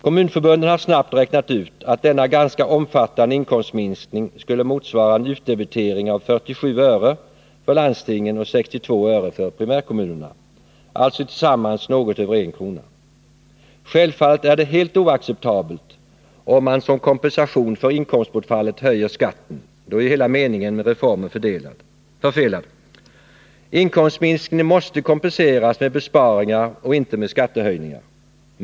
Kommunförbunden har snabbt räknat ut att denna ganska omfattande inkomstminskning skulle motsvara en utdebitering av 47 öre för landstingen och 62 öre för primärkommunerna, alltså tillsammans något över en krona. Självfallet är det helt oacceptabelt, om man som kompensation för inkomstbortfallet höjer skatten. Då är ju hela meningen med reformen förfelad. Inkomstminskningen måste kompenseras med besparingar och inte med skattehöjningar.